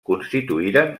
constituïren